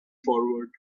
forward